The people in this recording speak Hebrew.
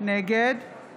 נגד